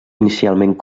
inicialment